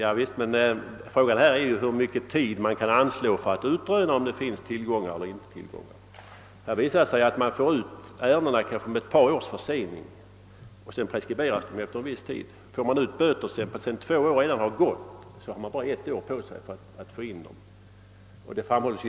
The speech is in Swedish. Men frågan är ju hur lång tid man kan anslå för att ta reda på om vederbörande har några tillgångar eller inte. Nu kommer ärendena ut med ett par års försening, och de preskriberas efter en viss tid. Om man börjar arbeta med böter först efter det att två år har gått har man bara ett år på sig för att driva in dem.